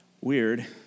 weird